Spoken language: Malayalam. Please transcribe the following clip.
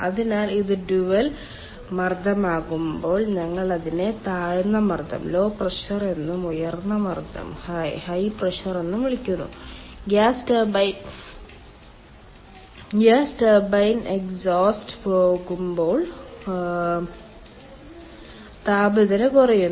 അതിനാൽ ഇത് ഡ്യുവൽ മർദ്ദമാകുമ്പോൾ ഞങ്ങൾ അതിനെ താഴ്ന്ന മർദ്ദം എന്നും ഉയർന്ന മർദ്ദം എന്നും വിളിക്കുന്നു ഗ്യാസ് ടർബൈൻ എക്സ്ഹോസ്റ്റ് പോകുമ്പോൾ താപനില കുറയുന്നു